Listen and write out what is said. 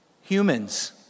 humans